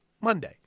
Monday